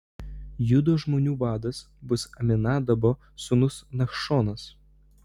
judo žmonių vadas bus aminadabo sūnus nachšonas